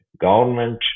government